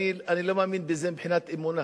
אני לא מאמין בזה מבחינת אמונה,